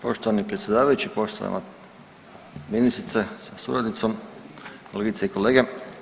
Poštovani predsjedavajući, poštovana ministrice sa suradnicom, kolegice i kolege.